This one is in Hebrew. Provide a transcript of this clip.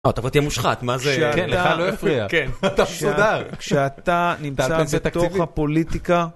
לא תבוא תהיה מושחת, מה זה? כן, לך לא יפריע. כן. אתה מסודר. כשאתה נמצא בתוך הפוליטיקה...